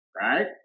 right